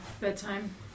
bedtime